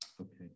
Okay